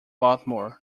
baltimore